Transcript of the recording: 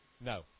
No